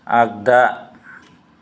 आगदा